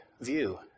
view